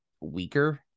weaker